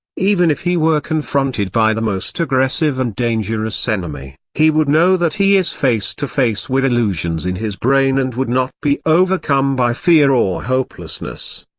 even if he were confronted by the most aggressive and dangerous enemy, he would know that he is face to face with illusions in his brain and would not be overcome by fear or hopelessness.